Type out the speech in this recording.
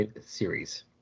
series